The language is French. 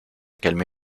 calmer